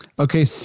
Okay